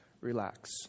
relax